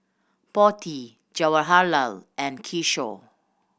Potti Jawaharlal and Kishore